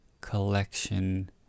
collection